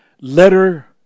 letter